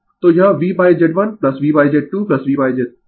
तो यह VZ1VZ2VZ3 होगी इसीलिये IY1Y2Y3V